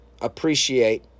appreciate